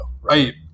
right